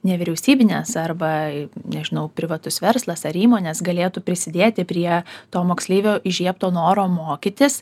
nevyriausybinės arba nežinau privatus verslas ar įmonės galėtų prisidėti prie to moksleivio įžiebto noro mokytis